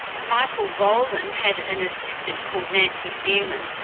michael volin had an assistant called nancy phelan,